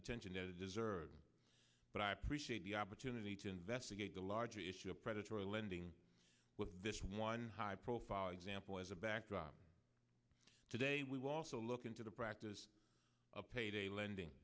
attention is deserved but i appreciate the opportunity to investigate the larger issue of predatory lending with this one high profile example as a backdrop today we will also look into the practice of payday lending